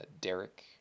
Derek